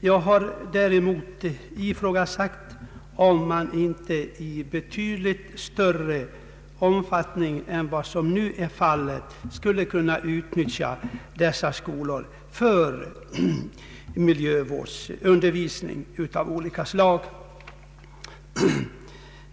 Jag har däremot ifrågasatt om man inte i betydligt större omfattning än vad som nu är fallet skulle kunna utnyttja dessa skolor för miljövårdsundervisning av olika slag.